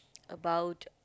about